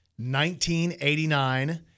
1989